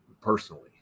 personally